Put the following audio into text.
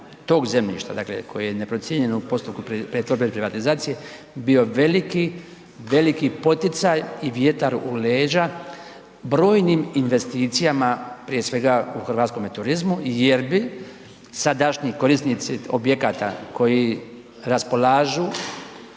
tog zemljišta, dakle koje je neprocijenjeno u postupku pretvorbe ili privatizacije bio veliki, veliki poticaj i vjetar u leđa brojnim investicijama prije svega u hrvatskome turizmu jer bi sadašnji korisnici objekata koji raspolažu,